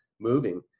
moving